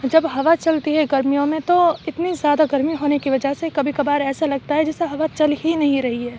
جب ہوا چلتی ہے گرمیوں میں تو اتنی زیادہ گرمی ہونے کی وجہ سے کبھی کبھار ایسا لگتا ہے جیسے ہوا چل ہی نہیں رہی ہے